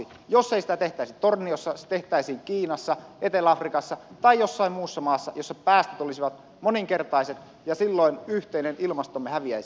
jos ei sitä tehtäisi torniossa se tehtäisiin kiinassa etelä afrikassa tai jossain muussa maassa jossa päästöt olisivat moninkertaiset ja silloin yhteinen ilmastomme häviäisi